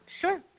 Sure